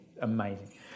Amazing